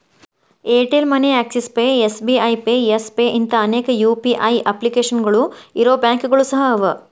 Airtel money Axis pay SBI pay Yes pay ಇಂಥಾ ಅನೇಕ UPI ಅಪ್ಲಿಕೇಶನ್ಗಳು ಇರೊ ಬ್ಯಾಂಕುಗಳು ಸಹ ಅವ